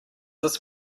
this